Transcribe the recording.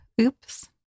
Oops